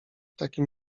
takim